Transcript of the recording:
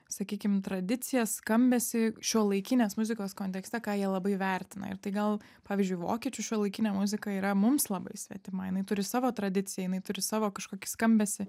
sakykim tradicijas skambesį šiuolaikinės muzikos kontekste ką jie labai vertina ir tai gal pavyzdžiui vokiečių šiuolaikinė muzika yra mums labai svetima jinai turi savo tradiciją jinai turi savo kažkokį skambesį